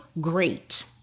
great